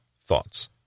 thoughts